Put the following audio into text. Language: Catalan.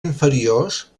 inferiors